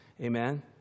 Amen